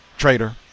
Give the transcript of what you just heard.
traitor